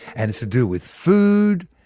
and it's to do with food,